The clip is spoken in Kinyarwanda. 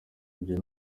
ibyo